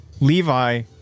Levi